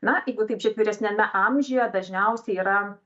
na jeigu taip žiūrėt vyresniame amžiuje dažniausiai yra